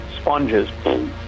sponges